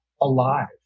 alive